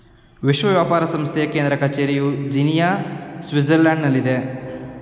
ವಿಶ್ವ ವ್ಯಾಪಾರ ಸಂಸ್ಥೆಯ ಕೇಂದ್ರ ಕಚೇರಿಯು ಜಿನಿಯಾ, ಸ್ವಿಟ್ಜರ್ಲ್ಯಾಂಡ್ನಲ್ಲಿದೆ